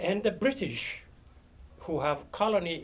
and the british who have colony